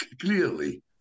Clearly